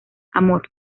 amor